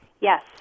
Yes